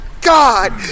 God